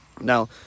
Now